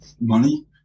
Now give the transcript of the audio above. money